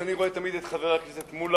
תמיד כשאני רואה את חבר הכנסת מולה,